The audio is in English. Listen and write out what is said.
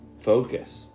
Focus